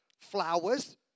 flowers